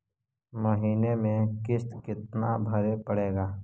महीने में किस्त कितना भरें पड़ेगा?